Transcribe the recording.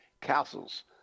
castles